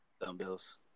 dumbbells